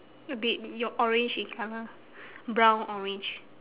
a bit ye~ orange in colour brown orange